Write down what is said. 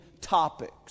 topics